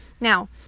Now